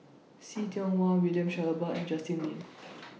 See Tiong Wah William Shellabear and Justin Lean